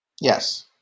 Yes